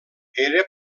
era